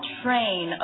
train